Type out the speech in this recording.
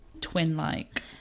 Twin-like